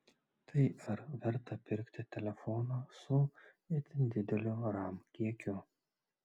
tai ar verta pirkti telefoną su itin dideliu ram kiekiu